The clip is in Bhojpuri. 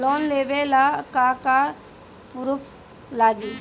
लोन लेबे ला का का पुरुफ लागि?